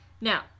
Now